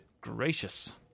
gracious